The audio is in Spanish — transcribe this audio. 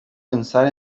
pensar